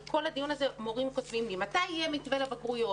כל הדיון הזה מורים כותבים לי מתי יהיה מתווה לבגרויות,